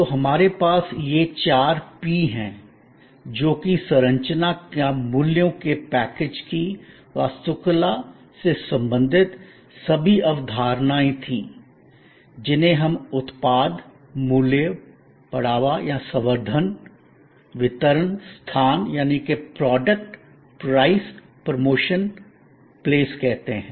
तो हमारे पास यह चार "पी" हैं जो कि संरचना या मूल्यों के पैकेज की वास्तुकला से संबंधित सभी अवधारणाएं थीं जिन्हें हम उत्पाद मूल्य बढ़ावासंवर्धनवितरण स्थान Product price Promotion Place कहते हैं